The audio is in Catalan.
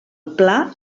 pla